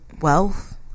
wealth